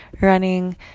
running